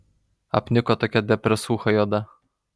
apniko tokia depresūcha juoda